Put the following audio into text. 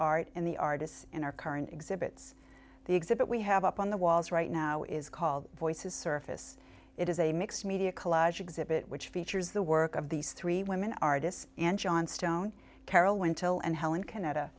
art and the artists in our current exhibits the exhibit we have up on the walls right now is called voices surface it is a mixed media collage exhibit which features the work of these three women artists and johnstone carroll wintle and helen canada